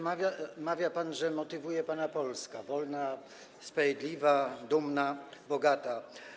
Mawia pan, że motywuje pana Polska: wolna, sprawiedliwa, dumna, bogata.